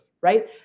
right